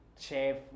chef